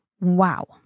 Wow